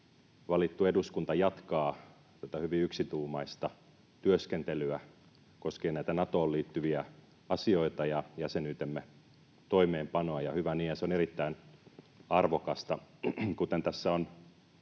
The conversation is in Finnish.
valittu eduskunta jatkaa tätä hyvin yksituumaista työskentelyä koskien näitä Natoon liittyviä asioita ja jäsenyytemme toimeenpanoa, ja hyvä niin, se on erittäin arvokasta. Kuten tässä on